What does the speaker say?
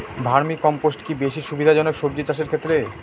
Vermi compost কি বেশী সুবিধা জনক সবজি চাষের ক্ষেত্রে?